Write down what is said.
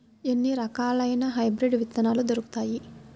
ఎన్ని రకాలయిన హైబ్రిడ్ విత్తనాలు దొరుకుతాయి?